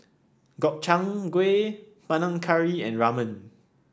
Gobchang Gui Panang Curry and Ramen